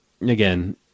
Again